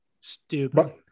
stupid